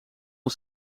een